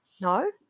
No